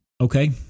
okay